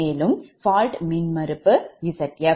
மேலும் fault மின்மறுப்பு Zf